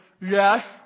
yes